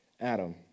Adam